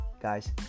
guys